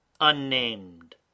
unnamed